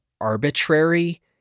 arbitrary